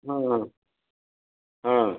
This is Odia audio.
ହଁ